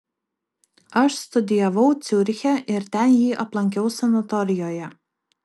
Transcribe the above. aš studijavau ciuriche ir ten jį aplankiau sanatorijoje